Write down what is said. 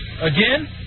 Again